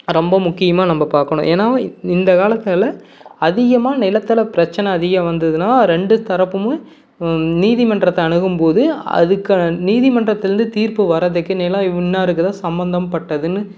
ரொம்ப முக்கியமாக நம்ம பார்க்கணும் ஏன்னா இந்த காலத்தில் அதிகமாக நிலத்தில் பிரச்சனை அதிகம் வந்துதுன்னால் ரெண்டு தரப்பும் நீதிமன்றத்தை அணுகும்போது அதுக்கு நீதிமன்றத்துலேருந்து தீர்ப்பு வர்றதுக்கு நிலம் இன்னாருக்கு தான் சம்மந்தபட்டதுன்னு